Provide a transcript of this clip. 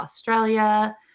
australia